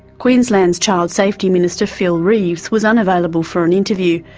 queensland's child safety minister, phil reeves, was unavailable for an interview,